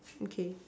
okay